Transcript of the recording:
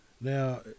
Now